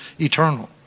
eternal